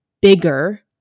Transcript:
bigger